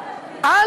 לא אני,